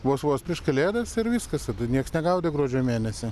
vos vos prieš kalėdas ir viskas tada nieks negaudė gruodžio mėnesį